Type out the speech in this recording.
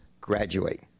graduate